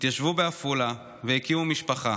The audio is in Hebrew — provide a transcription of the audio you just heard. התיישבו בעפולה והקימו משפחה.